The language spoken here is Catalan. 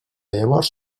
llavors